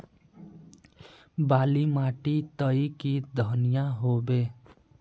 बाली माटी तई की धनिया होबे?